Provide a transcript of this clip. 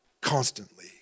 Constantly